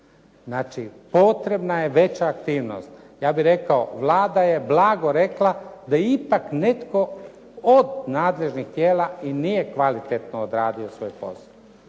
Znači, potrebna je veća aktivnost. Ja bih rekao, Vlada je blago rekla da ipak netko od nadležnih tijela i nije kvalitetno odradio svoj posao.